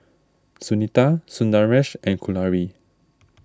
Sunita Sundaresh and Kalluri